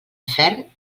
ferm